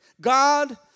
God